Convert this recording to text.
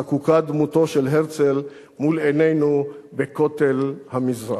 חקוקה דמותו של הרצל מול עינינו בכותל המזרח.